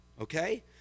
okay